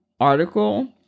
article